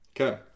Okay